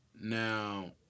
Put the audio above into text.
Now